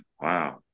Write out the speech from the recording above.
Wow